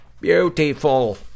Beautiful